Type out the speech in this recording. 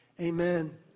Amen